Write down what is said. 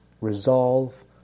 resolve